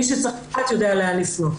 מי שצריך לדעת יודע לאן לפנות.